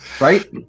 Right